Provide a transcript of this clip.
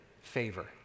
favor